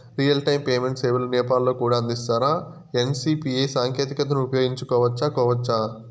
Real time payment సేవలు నేపాల్ లో కూడా అందిస్తారా? ఎన్.సి.పి.ఐ సాంకేతికతను ఉపయోగించుకోవచ్చా కోవచ్చా?